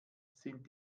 sind